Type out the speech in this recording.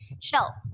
shelf